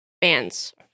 Bands